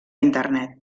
internet